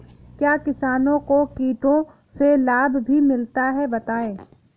क्या किसानों को कीटों से लाभ भी मिलता है बताएँ?